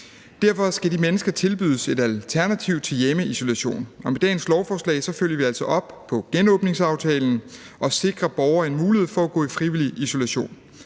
Derfor skal de mennesker tilbydes et alternativ til hjemmeisolation, og med dagens lovforslag følger vi altså op på genåbningsaftalen og sikrer borgere en mulighed for at gå i frivillig isolation.